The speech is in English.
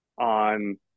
on